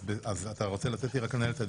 אתה רוצה לתת לי לנהל את הדיון?